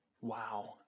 wow